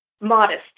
modest